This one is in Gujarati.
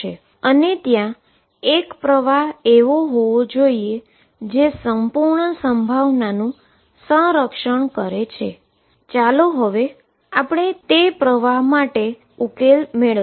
અને ત્યાં એક પ્રવાહ હોવો જોઈએ જે સંપૂર્ણ પ્રોબેબીલીટી કઝર્વ કરે છે અને ચાલો હવે આપણે કરંટ માટે તેનો ઉકેલ મેળવીએ